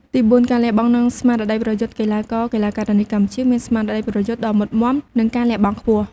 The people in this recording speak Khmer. ទីបួនការលះបង់ និងស្មារតីប្រយុទ្ធ កីឡាករ-កីឡាការិនីកម្ពុជាមានស្មារតីប្រយុទ្ធដ៏មុតមាំ និងការលះបង់ខ្ពស់។